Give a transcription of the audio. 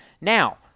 Now